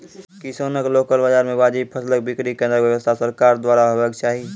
किसानक लोकल बाजार मे वाजिब फसलक बिक्री केन्द्रक व्यवस्था सरकारक द्वारा हेवाक चाही?